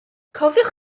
cofiwch